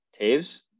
Taves